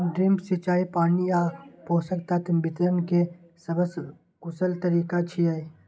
drip सिंचाई पानि आ पोषक तत्व वितरण के सबसं कुशल तरीका छियै